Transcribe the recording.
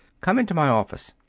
come into my office.